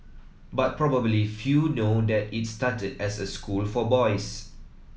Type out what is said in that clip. but probably few know that it started as a school for boys